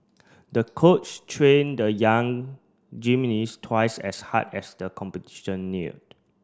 the coach trained the young gymnast twice as hard as the competition neared